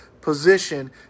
position